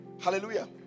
hallelujah